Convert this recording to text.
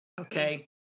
okay